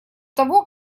того